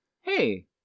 hey